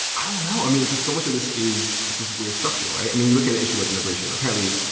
i don't know, i mean, because so much of this is like this weird structure, right? i mean, you look at an issue like immigration. apparently,